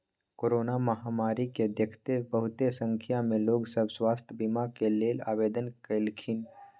corona महामारी के देखइते बहुते संख्या में लोग सभ स्वास्थ्य बीमा के लेल आवेदन कलखिन्ह